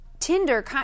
Tinder